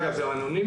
אגב, זה אנונימי.